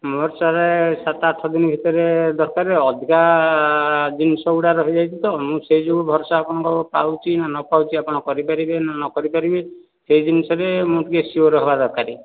ମୋର ସାର୍ ସାତ ଆଠ ଦିନ ଭିତରେ ଦରକାର ଅଧିକା ଜିନିଷ ଗୁଡ଼ାକ ରହିଯାଇଛି ତ ମୁଁ ସେହି ଯେଉଁ ଭରସା ଆପଣଙ୍କ ପାଉଛି କି ନ ପାଉଛି ଆପଣ କରିପାରିବେ ନ କରିପାରିବେ ସେହି ଜିନିଷରେ ମୁଁ ଟିକେ ସିୟୋର୍ ହେବା ଦରକାର